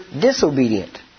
disobedient